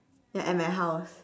ya at my house